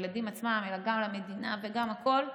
לא רק של הילדים עצמם אלא גם למדינה וגם הכול,